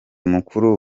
mukuru